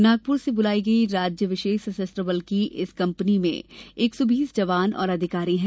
नागपुर से बुलाई गई राज्य विशेष ॅ सशस्त्र बल की इस कंपनी में एक सौ बीस जवान और अधिकारी हैं